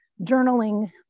journaling